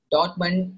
Dortmund